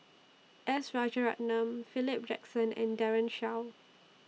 S Rajaratnam Philip Jackson and Daren Shiau